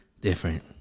Different